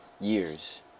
years